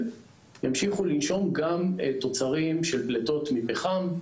ימשיכו לנשום גם תוצרים של פליטות מפחם,